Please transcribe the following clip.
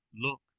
look